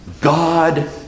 God